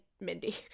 Mindy